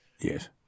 Yes